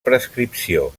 prescripció